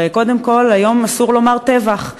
הרי קודם כול, היום אסור לומר "טבח";